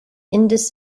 indus